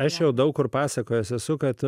aš jau daug kur pasakojo sesuo kad